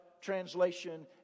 translation